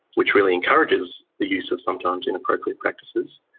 which really encourages the use of sometimes inappropriate practices,